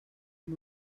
amb